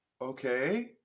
okay